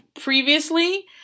previously